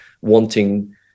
wanting